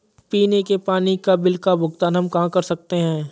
पीने के पानी का बिल का भुगतान हम कहाँ कर सकते हैं?